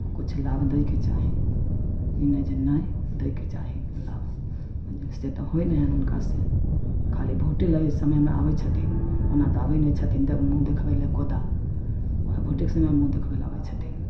किछु लाभ दैके चाही ई नहि जे नहि दैके चाही लाभ बुझल से तऽ होइ नहि हइ हुनका से खाली भोटे लै समयमे आबै छथिन ओना तऽ आबै नहि छथिन मुँह देखबै लऽ एको दिन वएह भोटेके समयमे मुँह देखबै लऽ आबै छथिन